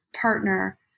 partner